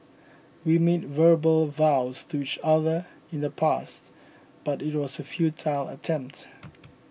we made verbal vows to each other in the past but it was a futile attempt